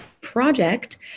project